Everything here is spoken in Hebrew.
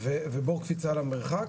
בור קפיצה למרחק,